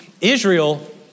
Israel